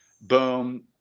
Boom